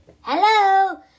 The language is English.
Hello